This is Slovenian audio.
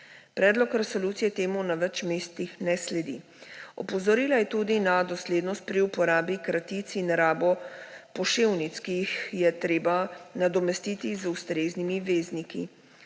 Predlog resolucije temu na več mestih ne sledi. Opozorila je tudi na doslednost pri uporabi kratic in rabo poševnic, ki jih je treba nadomestiti z ustreznimi vezniki.